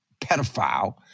pedophile